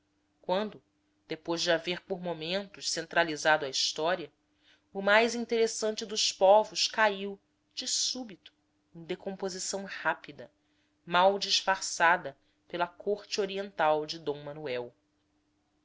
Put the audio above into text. quando depois de haver por momentos centralizado a história o mais interessante dos povos caiu de súbito em decomposição rápida mal disfarçada pela corte oriental de d manuel